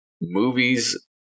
movies